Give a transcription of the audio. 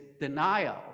denial